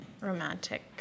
romantic